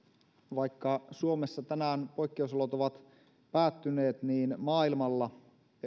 vaikka suomessa tänään poikkeusolot ovat päättyneet niin maailmalla